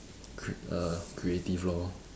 c~ uh creative lor